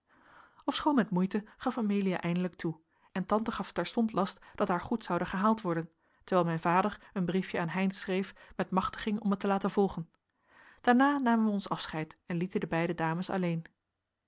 ofschoon met moeite gaf amelia eindelijk toe en tante gaf terstond last dat haar goed zoude gehaald worden terwijl mijn vader een briefje aan heynsz schreef met machtiging om het te laten volgen daarna namen wij ons afscheid en lieten de beide dames alleen